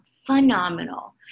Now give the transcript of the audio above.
phenomenal